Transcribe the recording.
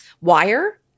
wire